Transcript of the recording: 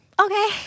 okay